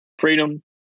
Freedom